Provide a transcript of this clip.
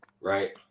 right